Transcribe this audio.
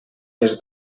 les